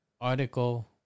article